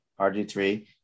RG3